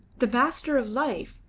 the master of life!